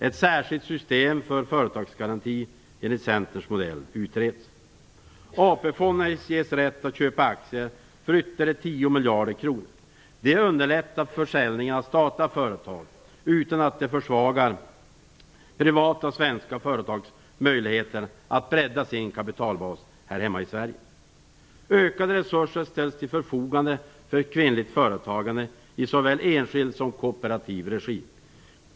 Ett särskilt system för företagsgaranti enligt Centerns modell utreds. 10 miljarder kronor. Det underlättar försäljningen av statliga företag utan att det försvagar privata svenska företags möjligheter att bredda sin kapitalbas här hemma i Sverige. Ökade resurser ställs till förfogande för kvinnligt företagande i såväl enskild som kooperativ regi.